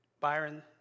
Byron